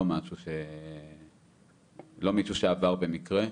לא מישהו שעבר במקרה,